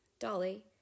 Dolly